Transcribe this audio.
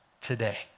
today